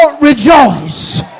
rejoice